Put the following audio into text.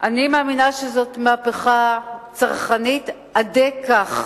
אני מאמינה שזאת מהפכה צרכנית, עדי כך.